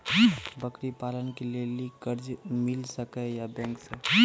बकरी पालन के लिए कर्ज मिल सके या बैंक से?